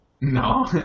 No